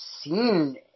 seen